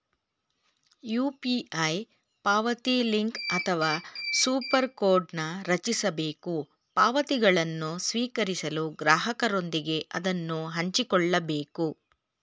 UPI ಪಾವತಿಲಿಂಕ್ ಅಥವಾ super ಕೋಡ್ನ್ ರಚಿಸಬೇಕು ಪಾವತಿಗಳನ್ನು ಸ್ವೀಕರಿಸಲು ಗ್ರಾಹಕರೊಂದಿಗೆ ಅದನ್ನ ಹಂಚಿಕೊಳ್ಳಬೇಕು